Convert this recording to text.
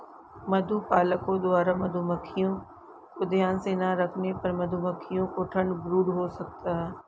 मधुपालकों द्वारा मधुमक्खियों को ध्यान से ना रखने पर मधुमक्खियों को ठंड ब्रूड हो सकता है